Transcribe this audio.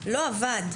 לא עבד.